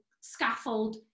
scaffold